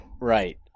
Right